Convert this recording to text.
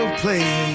play